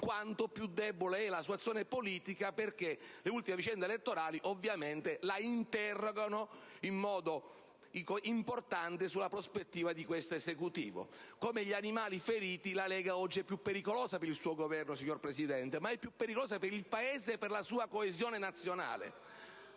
quanto più debole è la sua azione politica, dal momento che le ultime vicende elettorali la interrogano in modo significativo sulla prospettiva di questo Esecutivo. Come gli animali feriti, la Lega oggi è più pericolosa per il suo Governo, signor Presidente, e lo è per il Paese e per la sua coesione nazionale.